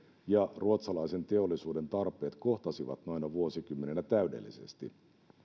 ja ruotsalaisen teollisuuden tarpeet kohtasivat noina vuosikymmeniä täydellisesti